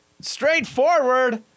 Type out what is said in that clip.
straightforward-